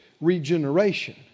regeneration